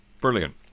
Brilliant